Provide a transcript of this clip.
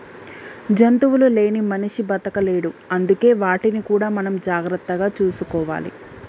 జంతువులు లేని మనిషి బతకలేడు అందుకే వాటిని కూడా మనం జాగ్రత్తగా చూసుకోవాలి